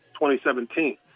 2017